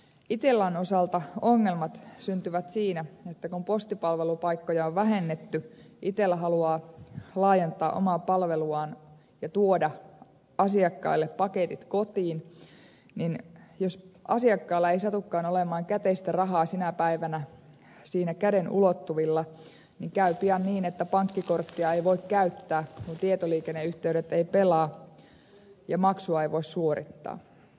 itellan osalta ongelmat syntyvät siinä että kun postipalvelupaikkoja on vähennetty ja itella haluaa laajentaa omaa palveluaan ja tuoda asiakkaille paketit kotiin niin jos asiakkaalla ei satukaan olemaan käteistä rahaa sinä päivänä siinä käden ulottuvilla käy pian niin että pankkikorttia ei voi käyttää kun tietoliikenneyhteydet eivät pelaa ja maksua ei voi suorittaa